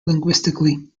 linguistically